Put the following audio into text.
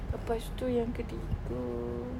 lepas itu yang ketiga